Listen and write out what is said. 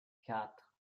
quatre